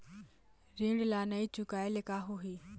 ऋण ला नई चुकाए ले का होही?